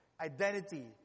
identity